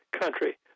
country